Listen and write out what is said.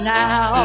now